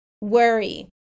worry